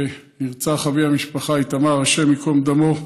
שנרצח בה אבי המשפחה איתמר, השם ייקום דמו.